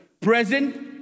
Present